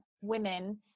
women